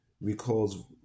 recalls